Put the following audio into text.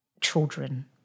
children